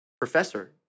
professor